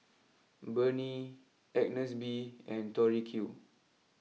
Burnie Agnes B and Tori Q